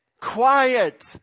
quiet